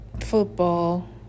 football